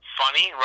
funny